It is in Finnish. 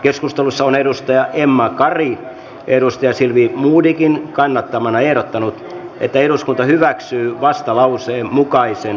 keskustelussa on emma kari silvia modigin kannattamana ehdottanut että eduskunta hyväksyy vastalauseen mukaisen